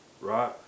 right